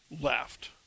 left